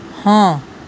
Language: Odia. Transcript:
ହଁ